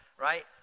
right